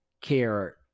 care